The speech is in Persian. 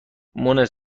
مونس